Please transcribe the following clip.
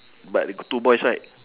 but they g~ two boys right